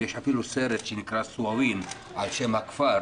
יש אפילו סרט שנקרא 'סואווין' על שם הכפר,